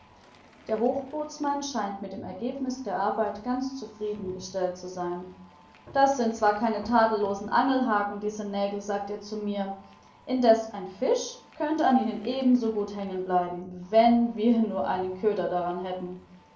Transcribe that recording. der hochbootsmann scheint mit dem ergebnisse der arbeit ganz zufrieden gestellt zu sein das sind zwar keine tadellosen angelhaken diese nägel sagt er zu mir indeß ein fisch könnte an ihnen ebenso gut hängen bleiben wenn wir nur einen köder daran hätten